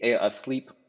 asleep